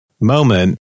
moment